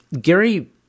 Gary